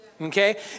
okay